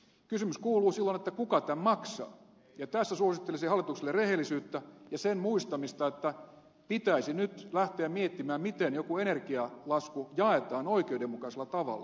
kysymys kuuluu silloin kuka tämän maksaa ja tässä suosittelisin hallitukselle rehellisyyttä ja sen muistamista että pitäisi nyt lähteä miettimään miten joku energialasku jaetaan oikeudenmukaisella tavalla